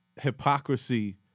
hypocrisy –